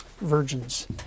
virgins